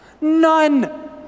None